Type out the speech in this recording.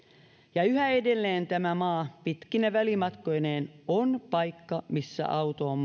ja yhä edelleen tämä maa pitkine välimatkoineen on paikka missä auto on